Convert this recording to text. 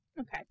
Okay